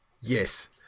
Yes